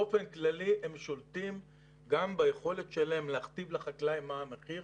באופן כללי הם שולטים גם ביכולת שלהם להכתיב לחקלאי מה המחיר.